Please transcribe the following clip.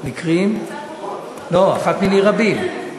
מקרים, אחת מני רבים.